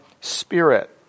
spirit